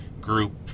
group